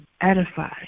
edify